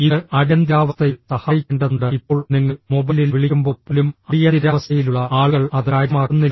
ഇത് അടിയന്തിരാവസ്ഥയിൽ സഹായിക്കേണ്ടതുണ്ട് ഇപ്പോൾ നിങ്ങൾ മൊബൈലിൽ വിളിക്കുമ്പോൾ പോലും അടിയന്തിരാവസ്ഥയിലുള്ള ആളുകൾ അത് കാര്യമാക്കുന്നില്ല